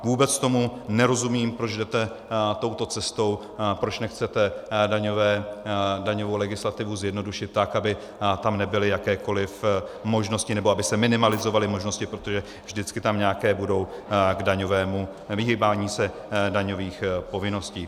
Vůbec tomu nerozumím, proč jdete touto cestou, proč nechcete daňovou legislativu zjednodušit tak, aby tam nebyly jakékoliv možnosti nebo aby se minimalizovaly možnosti, protože vždycky tam nějaké budou k daňovému vyhýbání se daňových povinností.